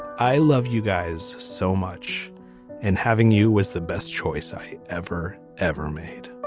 i love you guys so much and having you was the best choice i ever ever made.